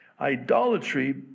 idolatry